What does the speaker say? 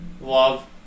love